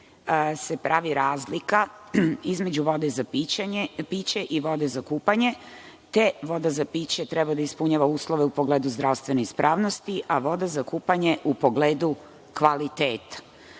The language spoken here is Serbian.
se pravi razlika između vode za piće i vode za kupanje, te voda za piće treba da ispunjava uslove u pogledu zdravstvene ispravnosti, a voda za kupanje u pogledu kvaliteta.